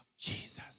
Jesus